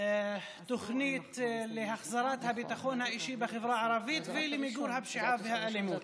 תוכנית להחזרת הביטחון האישי בחברה הערבית ולמיגור הפשיעה והאלימות.